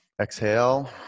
exhale